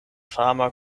fama